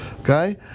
okay